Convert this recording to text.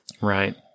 Right